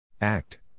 Act